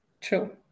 true